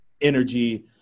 energy